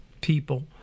people